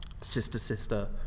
sister-sister